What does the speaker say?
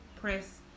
press